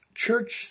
Church